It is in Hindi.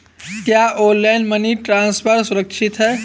क्या ऑनलाइन मनी ट्रांसफर सुरक्षित है?